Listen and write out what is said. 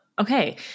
Okay